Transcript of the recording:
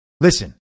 Listen